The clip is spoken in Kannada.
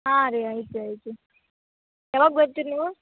ಹಾಂ ರೀ ಐತಿ ಐತಿ ಯಾವಾಗ ಬರ್ತೀರ ನೀವು